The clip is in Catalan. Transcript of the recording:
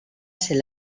ser